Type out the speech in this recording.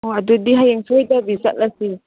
ꯑꯣ ꯑꯗꯨꯗꯤ ꯍꯌꯦꯡ ꯁꯣꯏꯗꯕꯤ ꯆꯠꯂꯁꯤ